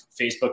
Facebook